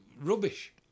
rubbish